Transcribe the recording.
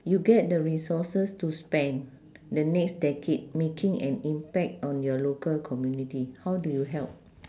you get the resources to spend the next decade making an impact on your local community how do you help